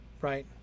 right